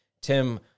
Tim